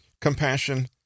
Compassion